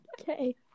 Okay